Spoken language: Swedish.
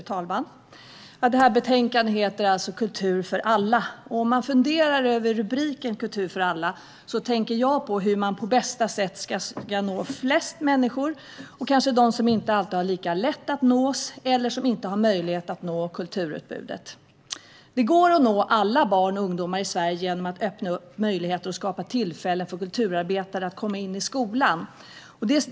Fru talman! Det här betänkandet heter alltså Kultur för alla . När jag funderar över rubriken tänker jag på hur man på bästa sätt ska nå flest människor, särskilt dem som det inte alltid är lika lätt att nå eller som inte har möjlighet att själva nå kulturutbudet. Det går att nå alla barn och ungdomar i Sverige genom att öppna möjligheter och skapa tillfällen för kulturarbetare att komma in i skolan.